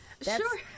sure